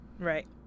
Right